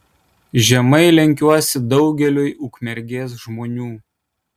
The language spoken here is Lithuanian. žemai lenkiuosi daugeliui ukmergės žmonių